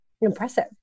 impressive